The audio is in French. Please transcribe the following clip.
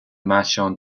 marchands